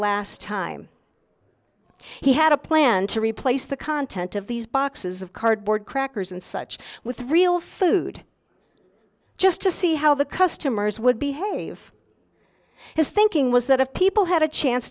last time he had a plan to replace the content of these boxes of cardboard crackers and such with real food just to see how the customers would behave his thinking was that if people had a chance